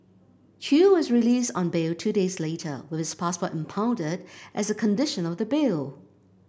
chew was released on bail two days later with passport impounded as a condition of the bail